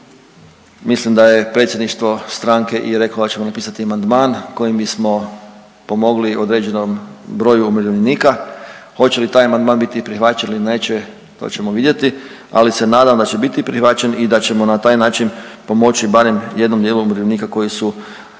mislim da je predsjedništvo stranke i reklo da ćemo napisati amandman kojim bismo pomogli određenom broju umirovljenika. Hoće li taj amandman biti prihvaćen ili neće, to ćemo vidjeti, ali se nadam da će biti prihvaćen i da ćemo na taj način pomoći barem jednom dijelu umirovljenika koji su